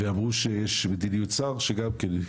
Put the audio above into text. ואמרו שיש מדיניות שר, שגם כן,